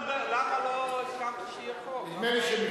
כן, אבל לא הסכמת שיהיה חוק?